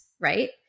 Right